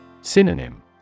Synonym